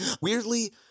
Weirdly